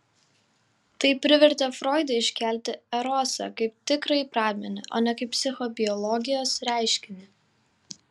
tai privertė froidą iškelti erosą kaip tikrąjį pradmenį o ne kaip psichobiologijos reiškinį